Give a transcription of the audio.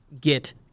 get